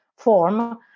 form